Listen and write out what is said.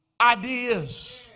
ideas